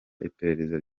iperereza